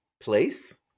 place